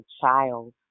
child